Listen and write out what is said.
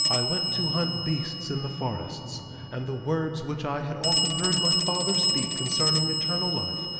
i went to hunt beasts in the forests and the words which i had often heard my father speak concerning eternal life,